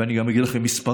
ואני גם אגיד לכם מספרים.